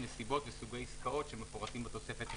נסיבות וסוגי עסקאות שמפורטים בתוספת השישית.